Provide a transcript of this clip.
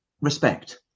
respect